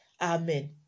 Amen